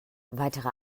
weitere